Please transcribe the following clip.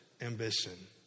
ambition